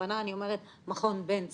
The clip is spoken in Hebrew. ובכוונה אני אומרת מכון בן צבי,